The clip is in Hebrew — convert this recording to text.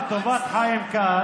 לטובת חיים כץ,